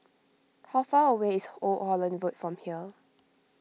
how far away is Old Holland Road from here